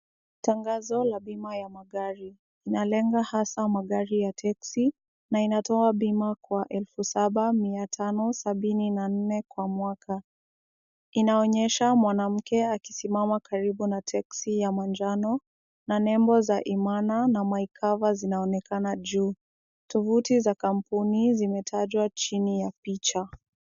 Tangazo la bima ya magari, linalenga hasa magari ya teksi na inatoa bima kwa elfu saba mia tano sabini na nne kwa mwaka, inaonyesha mwanamke akisimama karibu na teksi ya manjano, na nembo za Imana na my cover zinaonekana juu, tovuti za kampuni zimetajwa chini ya picha.